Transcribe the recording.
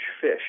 fish